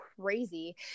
crazy